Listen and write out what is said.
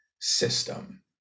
system